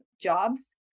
jobs